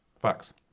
Facts